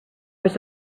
was